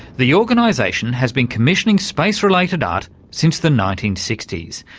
the organisation has been commissioning space-related art since the nineteen sixty s.